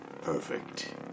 Perfect